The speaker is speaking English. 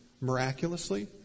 miraculously